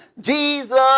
Jesus